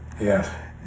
yes